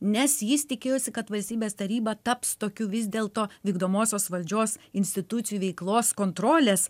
nes jis tikėjosi kad valstybės taryba taps tokiu vis dėlto vykdomosios valdžios institucijų veiklos kontrolės